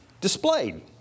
displayed